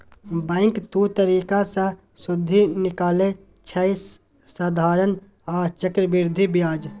bank दु तरीका सँ सुदि निकालय छै साधारण आ चक्रबृद्धि ब्याज